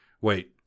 Wait